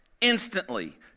instantly